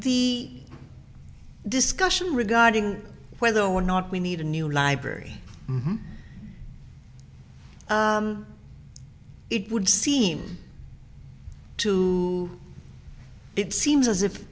the discussion regarding whether or not we need a new library it would seem to it seems as if